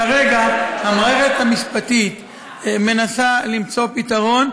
כרגע המערכת המשפטית מנסה למצוא פתרון,